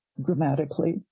grammatically